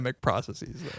processes